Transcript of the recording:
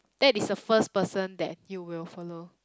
that is the first person that you will follow